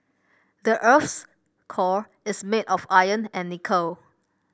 the earth's core is made of iron and nickel